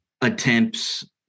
attempts